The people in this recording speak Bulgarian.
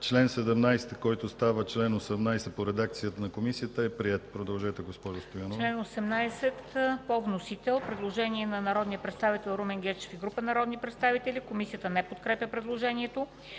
Член 17, който става чл. 18 по редакцията на Комисията, е приет. ДОКЛАДЧИК МЕНДА СТОЯНОВА: По чл. 18 по вносител – предложение на народния представител Румен Гечев и група народни представители. Комисията не подкрепя предложението.